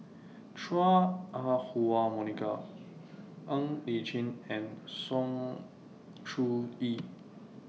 Chua Ah Huwa Monica Ng Li Chin and Sng Choon Yee